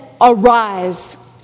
Arise